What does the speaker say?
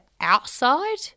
outside